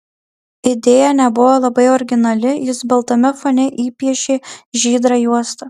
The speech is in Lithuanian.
idėja nebuvo labai originali jis baltame fone įpiešė žydrą juostą